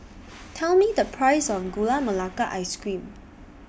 Tell Me The Price of Gula Melaka Ice Cream